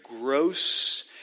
gross